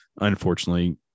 unfortunately